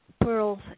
pearls